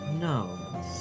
No